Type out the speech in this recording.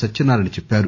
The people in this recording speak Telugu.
సత్యనారాయణ చెప్పారు